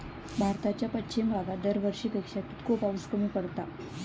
भारताच्या पश्चिम भागात दरवर्षी पेक्षा कीतको पाऊस कमी पडता?